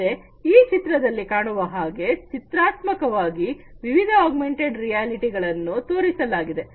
ಮತ್ತೆ ಈ ಚಿತ್ರದಲ್ಲಿ ಕಾಣುವ ಹಾಗೆ ಚಿತ್ರಾತ್ಮಕ ವಾಗಿ ವಿವಿಧ ಆಗ್ಮೆಂಟೆಡ್ ರಿಯಾಲಿಟಿ ರನ್ಗಳನ್ನು ತೋರಿಸಲಾಗಿದೆ